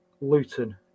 Luton